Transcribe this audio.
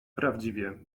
prawdziwie